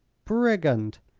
brigand!